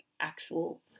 actual